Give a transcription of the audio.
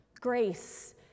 grace